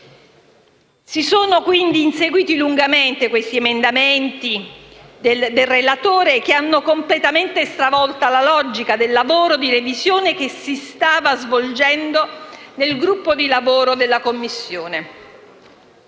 Si sono quindi inseguiti lungamente questi emendamenti del relatore, che hanno completamente stravolto la logica del lavoro di revisione che si stava svolgendo nel gruppo di lavoro della Commissione.